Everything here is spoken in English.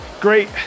great